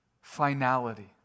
Finality